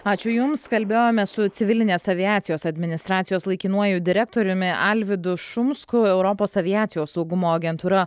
ačiū jums kalbėjome su civilinės aviacijos administracijos laikinuoju direktoriumi alvydu šumsku europos aviacijos saugumo agentūra